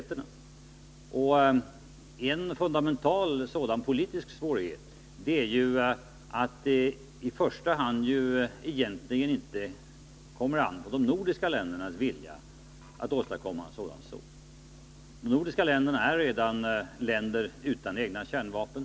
Men en fundamental politisk svårighet är att det i första hand egentligen inte kommer an på de nordiska ländernas vilja att åstadkomma en sådan zon. De nordiska länderna är redan länder utan egna kärnvapen.